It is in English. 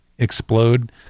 explode